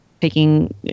taking